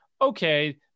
okay